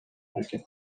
аракет